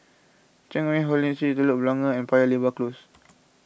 Cheang Hong Lim Street Telok Blangah Road and Paya Lebar Close